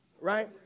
Right